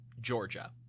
Georgia